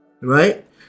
Right